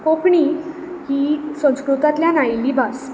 कोंकणी ही संस्कृतांतल्यान आयिल्ली भास